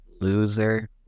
Loser